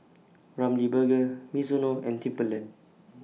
Ramly Burger Mizuno and Timberland